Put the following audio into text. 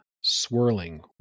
swirling